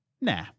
Nah